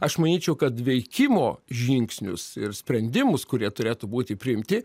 aš manyčiau kad veikimo žingsnius ir sprendimus kurie turėtų būti priimti